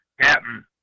Captain